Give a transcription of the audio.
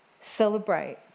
celebrate